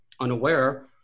unaware